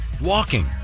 walking